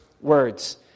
words